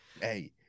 Hey